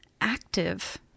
active